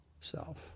self